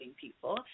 people